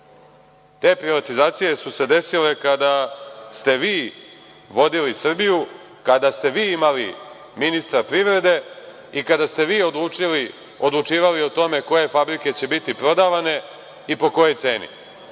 Te privatizacije su se desile kada ste vi vodili Srbiju, kada ste vi imali ministra privrede i kada ste vi odlučivali o tome koje fabrike će biti prodavane i po kojoj ceni.